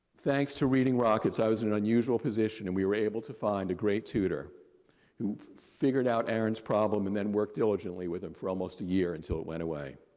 thanks to reading rockets, i was in an unusual position and we were able to find a great tutor who figured out aaron's problem and then worked diligently with him for almost a year until it went away.